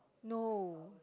no